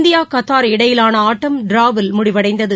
India Qatar இடையிலான ஆட்டம் டிராவில் முடிவடைந்தது